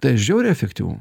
tai žiauriai efektyvu